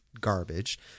garbage